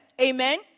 amen